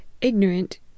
ignorant